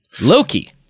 Loki